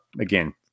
again